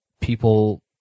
people